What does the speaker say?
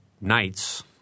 nights